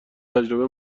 تجربه